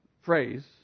phrase